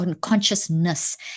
consciousness